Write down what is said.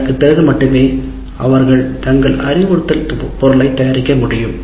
அதற்குப் பிறகு மட்டுமே அவர்கள் தங்கள் அறிவுறுத்தல் பொருளைத் தயாரிக்க முடியும்